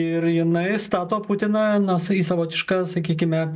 ir jinai stato putiną na į savotišką sakykime